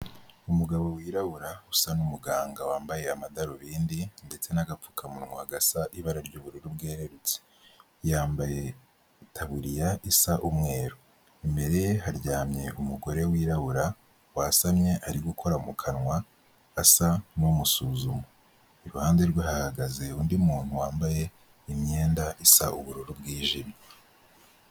Umugabo wirabura usa n'umuganga wambaye amadarubindi ndetse n'agapfukamunwa gasa ibara ry'ubururu bwerarutse yambaye itaburiya isa umweru, imbere ye haryamye umugore wirabura, wasamye ari gukora mu kanwa, asa n'umusuzuma iruhande rwe hahagaze undi muntu wambaye imyenda isa ubururu bwijimye.